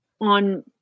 on